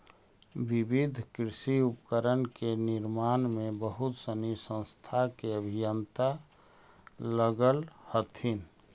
विविध कृषि उपकरण के निर्माण में बहुत सनी संस्था के अभियंता लगल हथिन